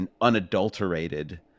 unadulterated